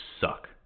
suck